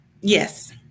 Yes